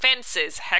Fences